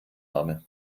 habe